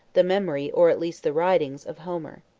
the memory, or at least the writings, of homer.